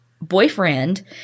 boyfriend